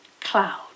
cloud